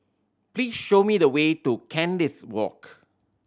please show me the way to Kandis Walk